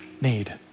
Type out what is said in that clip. need